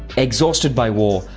exhausted by war,